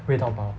喂到饱